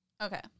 Okay